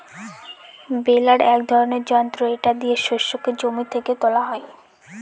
বেলার এক ধরনের যন্ত্র এটা দিয়ে শস্যকে জমি থেকে তোলা হয়